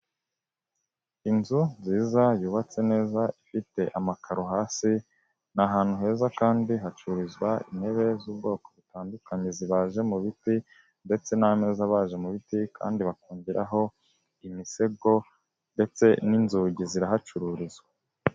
Inzu nziza yubatse neza ifite amakaro hasi, ni ahantu heza kandi hacururizwa intebe z'ubwoko butandukanye zibaje mu biti ndetse n'ameza abaje mu biti kandi bakongeraho imisego ndetse n'inzugi zirahacururizwa.